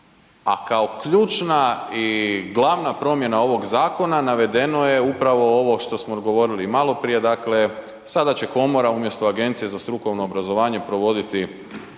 A kao ključna i glavna promjena ovog zakona navedeno je upravo ovo što smo govorili i maloprije, dakle sada će komora umjesto Agencije za strukovno obrazovanje provoditi